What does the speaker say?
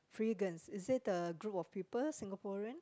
freegans is it the group of people Singaporean